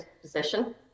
position